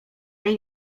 ani